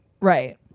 right